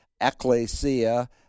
ecclesia